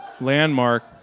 landmark